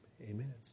Amen